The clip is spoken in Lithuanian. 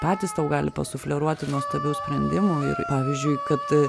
patys tau gali pasufleruoti nuostabių sprendimų ir pavyzdžiui kad